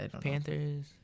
Panthers